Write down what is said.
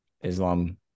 Islam